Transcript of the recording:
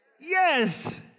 Yes